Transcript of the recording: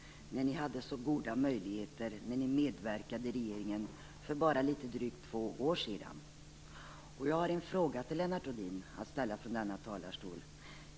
Ni hade ju så goda möjligheter då ni medverkade i regeringen för bara litet drygt två år sedan.